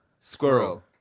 Squirrel